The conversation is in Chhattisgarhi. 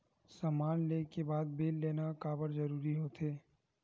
समान ले के बाद बिल लेना काबर जरूरी होथे?